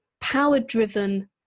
power-driven